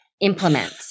implement